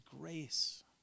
grace